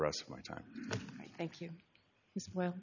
rest of my time thank you well